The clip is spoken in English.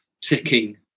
ticking